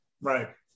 Right